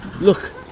Look